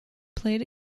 played